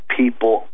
people